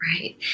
Right